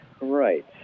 Right